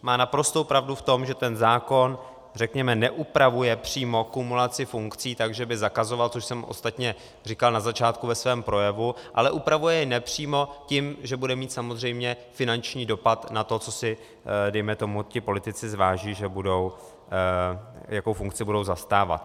Má naprostou pravdu v tom, že ten zákon, řekněme, neupravuje přímo kumulaci funkcí tak, že by zakazoval, což jsem ostatně říkal na začátku ve svém projevu, ale upravuje ji nepřímo tím, že bude mít samozřejmě finanční dopad na to, co si dejme tomu ti politici zváží, jakou funkci budou zastávat.